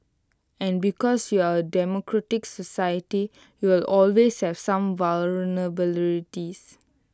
and because you're A democratic society you will always have some vulnerabilities